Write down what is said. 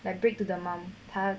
like break to the mum 他